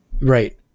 Right